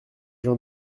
j’en